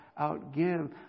outgive